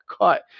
cut